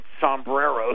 sombreros